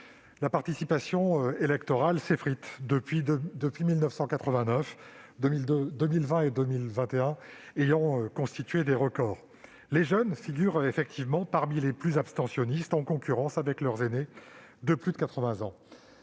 la participation électorale s'effrite depuis 1989, les années 2020 et 2021 ayant constitué des records. Les jeunes figurent effectivement parmi les plus abstentionnistes, en concurrence avec leurs aînés de plus de 80 ans.